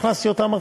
הכנסתי אותם,